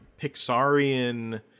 Pixarian